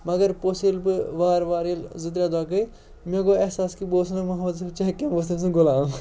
مگر پوٚتُس ییٚلہِ بہٕ وارٕ وارٕ ییٚلہِ زٕ ترٛےٚ دۄہ گٔے مےٚ گوٚو احساس کہِ بہٕ اوسُس نہٕ محمد یوٗسُف چک کینٛہہ بہٕ اوسُس تٔمۍ سُنٛد غلام